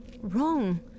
wrong